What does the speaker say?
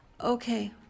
okay